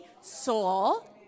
soul